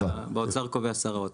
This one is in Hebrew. באוצר קובע שר האוצר.